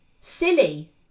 silly